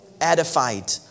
edified